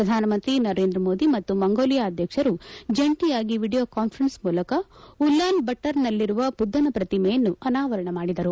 ಪ್ರಧಾನಮಂತ್ರಿ ನರೇಂದ್ರ ಮೋದಿ ಮತ್ತು ಮಂಗೋಲಿಯಾ ಅಧ್ಯಕ್ಷರು ಜಂಟಿಯಾಗಿ ವೀಡಿಯೋ ಕಾನ್ಫರೆನ್ಸ್ ಮೂಲಕ ಉಲ್ಲಾನ್ ಬಟ್ವರ್ನಲ್ಲಿರುವ ಬುದ್ದನ ಪ್ರತಿಮೆಯನ್ನು ಅನಾವರಣ ಮಾಡಿದರು